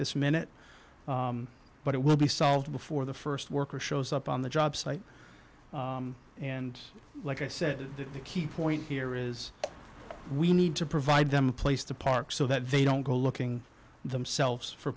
this minute but it will be solved before the st worker shows up on the job site and like i said the key point here is we need to provide them a place to park so that they don't go looking for themselves for